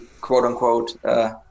quote-unquote